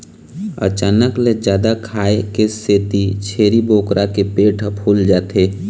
अचानक ले जादा खाए के सेती छेरी बोकरा के पेट ह फूल जाथे